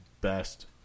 best